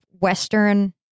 Western